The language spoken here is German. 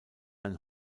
ein